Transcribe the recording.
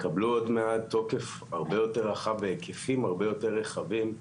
יקבלו עוד מעט תוקף הרבה יותר רחב והיקפים הרבה יותר רחבים,